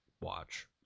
watch